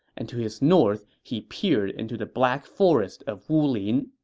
and to his north he peered into the black forest of wulin.